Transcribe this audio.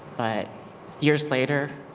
but years later,